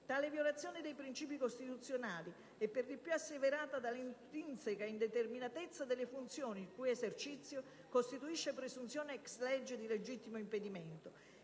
Tale violazione dei principi costituzionali è vieppiù asseverata dall'intrinseca indeterminatezza delle funzioni il cui esercizio costituisce presunzione *ex lege* di legittimo impedimento.